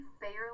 fairly